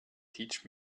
teach